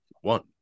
one